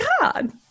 God